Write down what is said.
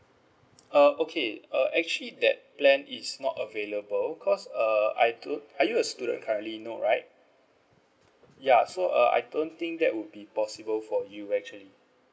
uh okay uh actually that plan is not available cause err I do~ are you a student currently no right ya so uh I don't think that will be possible for you actually